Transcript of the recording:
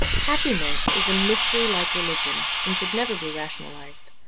happiness is a mystery like religion, and should never be rationalized.